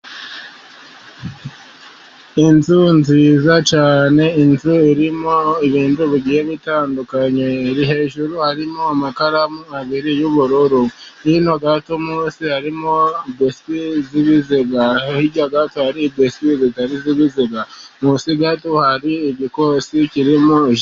Inzu nziza cyane, inzu irimo ibintu bigiye bitandukanye, hejuru harimo amakaramu abiri y'ubururu. Hino gato munsi harimo biswi z'ibiziga, hirya gato hari biswi zitari iz'ibiziga. Musi hari igikosi kirimo.......